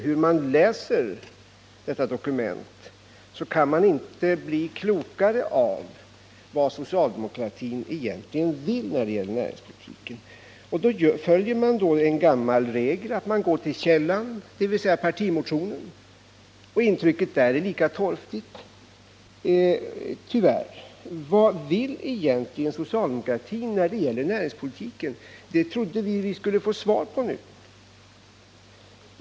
Hur man än läser detta dokument kan man inte bli klokare på vad socialdemokratin egentligen vill när det gäller näringspolitiken. Då följer man en gammal regel och går till källan, dvs. partimotionen — och intrycket därav är lika torftigt, tyvärr. Vad vill egentligen socialdemokratin när det gäller näringspolitiken? Det trodde vi att vi skulle få svar på nu.